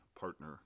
partner